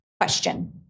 question